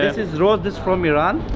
is roses from iran,